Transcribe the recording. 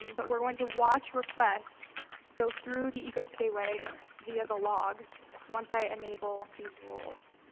um but we're going to watch requests go through the egress gateway via the logs once i enable these rules.